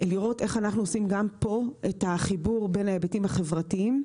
לראות איך אנחנו עושים גם פה את החיבור בין ההיבטים החברתיים,